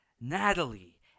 Natalie